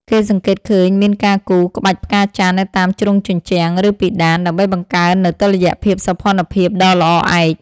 គេសង្កេតឃើញមានការគូរ ក្បាច់ផ្កាចន្ទ នៅតាមជ្រុងជញ្ជាំង ឬពិដាន ដើម្បីបង្កើតនូវតុល្យភាពសោភ័ណភាពដ៏ល្អឯក។